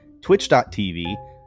twitch.tv